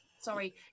Sorry